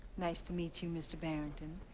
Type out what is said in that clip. nice to meet you, mr. barrington.